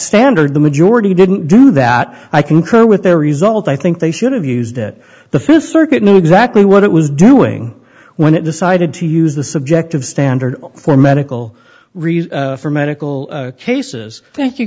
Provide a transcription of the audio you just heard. standard the majority didn't do that i concur with their result i think they should have used it the fifth circuit knew exactly what it was doing when it decided to use the subjective standard for medical reason for medical cases thank you